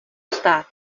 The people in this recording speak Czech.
stát